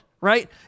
right